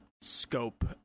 scope